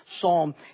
psalm